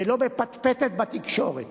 ולא בפטפטת בתקשורת